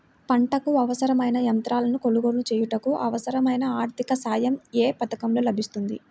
పంటకు అవసరమైన యంత్రాలను కొనగోలు చేయుటకు, అవసరమైన ఆర్థిక సాయం యే పథకంలో లభిస్తుంది?